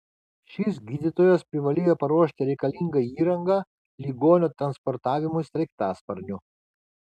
šis gydytojas privalėjo paruošti reikalingą įrangą ligonio transportavimui sraigtasparniu